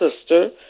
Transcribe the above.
sister